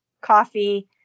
coffee